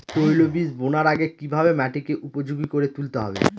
তৈলবীজ বোনার আগে কিভাবে মাটিকে উপযোগী করে তুলতে হবে?